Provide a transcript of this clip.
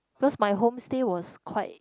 cause my home stay was quite